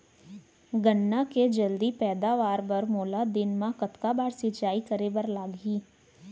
गन्ना के जलदी पैदावार बर, मोला दिन मा कतका बार सिंचाई करे बर लागही?